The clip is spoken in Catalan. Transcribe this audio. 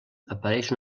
apareix